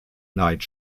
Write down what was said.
night